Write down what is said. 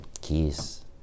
keys